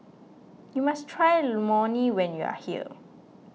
you must try Lmoni when you are here